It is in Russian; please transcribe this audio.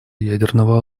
ядерного